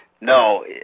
No